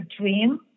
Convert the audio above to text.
dream